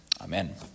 Amen